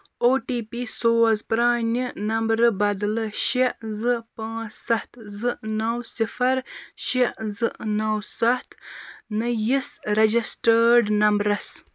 او T P سوز پرٛانہِ نمبرٕ بدلہٕ شےٚ زٕ پانٛژھ سَتھ زٕ نَو صِفر شےٚ زٕ نو سَتھ نٔیِس ریجِسٹٲڈ نمبرَس